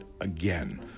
again